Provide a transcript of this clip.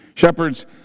Shepherds